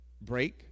break